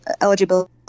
eligibility